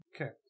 Okay